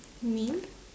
meme